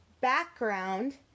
background